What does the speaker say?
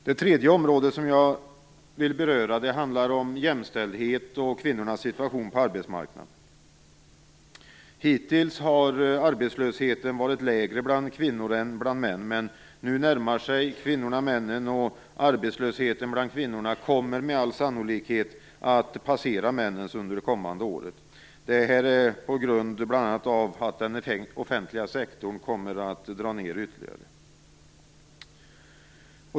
Det tredje område jag vill beröra är jämställdhet och kvinnornas situation på arbetsmarknaden. Hittills har arbetslösheten varit lägre bland kvinnor än bland män, men nu närmar sig kvinnorna männen, och kvinnornas arbetslöshet kommer med all sannolikhet att passera männens under det kommande året. Det beror bl.a. på att den offentliga sektorn kommer att dra ned ytterligare.